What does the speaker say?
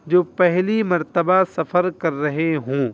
جو پہلی مرتبہ سفر کر رہے ہوں